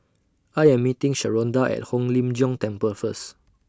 I Am meeting Sharonda At Hong Lim Jiong Temple First